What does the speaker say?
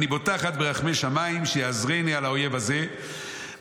אני בוטחת ברחמי שמיים שיעזרני על האויב הזה,